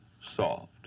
solved